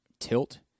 Tilt